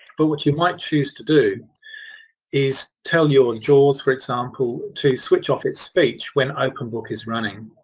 but what you might choose to do is tell your jaws, for example, to switch off its speech when openbook is running,